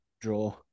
draw